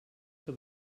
que